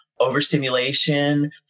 Overstimulation